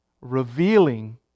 revealing